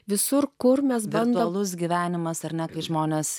visur kur mes bendro mūsų gyvenimas bet kai žmonės